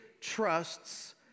trusts